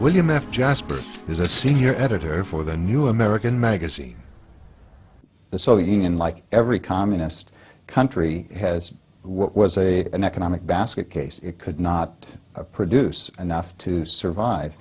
william f jasper is a senior editor for the new american magazine the so he unlike every communist country has what was a an economic basket case it could not produce enough to survive